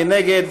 מי נגד?